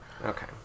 Okay